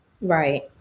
right